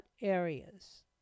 areas